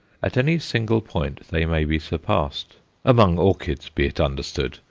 at any single point they may be surpassed among orchids, be it understood,